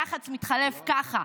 יח"צ מתחלף ככה,